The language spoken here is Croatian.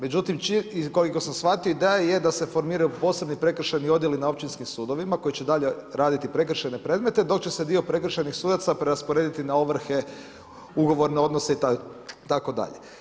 Međutim, koliko sam shvatio ideja je da se formiraju posebni prekršajni odjeli na općinskim sudovima koji će dalje raditi prekršajne predmete dok se će dio prekršajnih sudaca prerasporediti na ovrhe, ugovorne odnose itd.